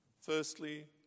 Firstly